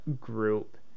group